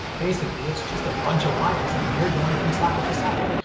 basically it's just a bunch of wires in here going from socket to socket,